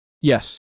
yes